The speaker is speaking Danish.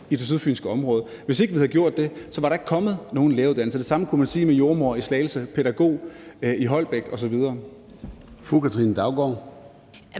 i det sydfynske område. Hvis vi ikke havde gjort det, var der ikke kommet nogen læreruddannelse. Det samme kunne man sige om at læse til jordemoder i Slagelse, pædagog i Holbæk osv.